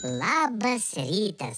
labas rytas